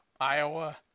Iowa